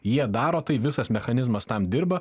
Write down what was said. jie daro tai visas mechanizmas tam dirba